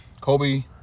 Kobe